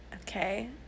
okay